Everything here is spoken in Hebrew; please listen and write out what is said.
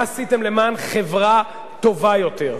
מה עשיתם למען חברה טובה יותר,